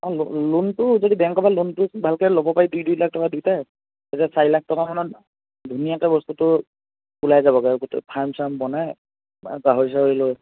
অঁ লোনটো যদি বেংকৰপৰা লোনটো ভালকৈ ল'ব পাৰি দুই দুই লাখ টকা দুয়োটাই তেতিয়া চাৰি লাখ টকা মানত ধুনীয়াকৈ বস্তুটো ওলাই যাবগৈ গোটেই ফাৰ্ম চাৰ্ম বনাই গাহৰি চাহৰি লৈ